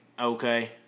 Okay